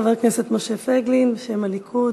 חבר הכנסת משה פייגלין בשם הליכוד,